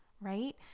right